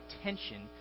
attention